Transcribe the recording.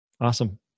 awesome